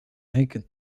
eiken